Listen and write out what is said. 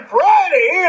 Friday